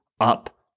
up